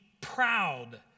proud